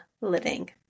living